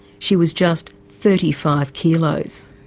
she was just thirty five kilos.